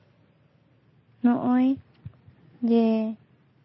ᱱᱚᱜᱼᱚᱭ ᱡᱮ